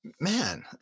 man